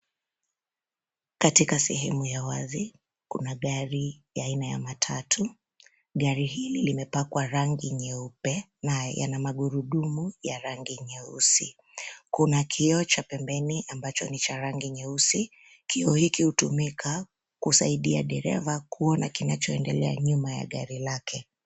Katika sehemu ya wazi kuna gari ya aina ya matatu. Gari hili limepakwa rangi nyeupe na yana magurudumu ya rangi nyeusi. Kuna kioo cha pembeni ambacho ni cha rangi nyeusi. Kioo hiki hutumika kusaidia dereva kuona kinachoendelea nyuma ya gari lake.